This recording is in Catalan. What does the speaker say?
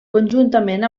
conjuntament